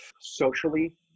socially